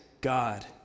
God